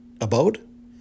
Abode